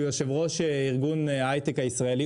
שהוא יושב-ראש ארגון ההיי-טק הישראלי,